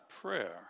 prayer